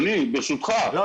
אדוני, ברשותך, תן לי לענות.